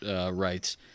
rights